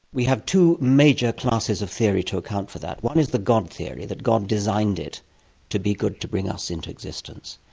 we have two major classes of theory to account for that. one is the god theory, that god designed it to be good to bring us into existence.